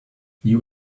you